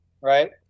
right